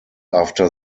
after